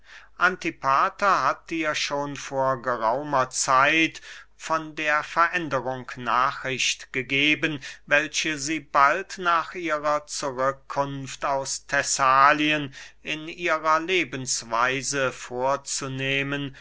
antipater hat dir schon vor geraumer zeit von der veränderung nachricht gegeben welche sie bald nach ihrer zurückkunft aus thessalien in ihrer lebensweise vorzunehmen